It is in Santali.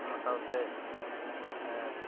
ᱚᱱᱟ ᱥᱟᱶᱛᱮ ᱮᱸᱫ